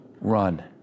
run